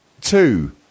Two